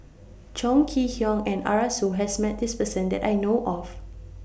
Chong Kee Hiong and Arasu has Met This Person that I know of